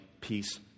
peace